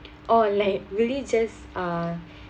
or like really just uh